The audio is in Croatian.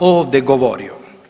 ovdje govorio.